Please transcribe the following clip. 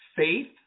faith